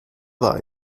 war